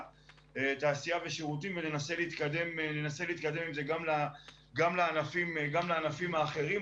ושירותים וננסה להתקדם עם זה גם לענפים האחרים,